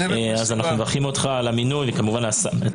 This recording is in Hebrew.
אנחנו מברכים אותם על המינוי וכמובן את